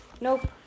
nope